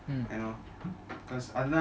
mmhmm